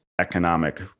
economic